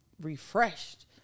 refreshed